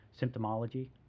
symptomology